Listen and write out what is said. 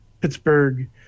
Pittsburgh